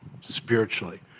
spiritually